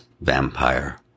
vampire